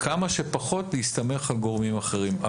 וכמה שפחות להסתמך על גורמים אחרים.